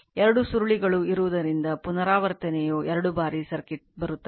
2 ಸುರುಳಿಗಳು ಇರುವುದರಿಂದ ಪುನರಾವರ್ತನೆಯು ಎರಡು ಬಾರಿ ಸರ್ಕ್ಯೂಟ್ ಬರುತ್ತದೆ